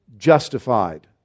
justified